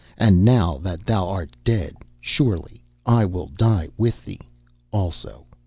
and now that thou art dead, surely i will die with thee also